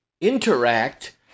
interact